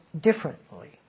differently